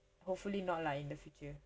hopefully not lah in the future